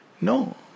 No